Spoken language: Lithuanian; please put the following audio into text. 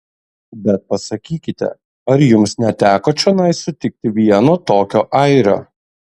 bet pasakykite ar jums neteko čionai sutikti vieno tokio airio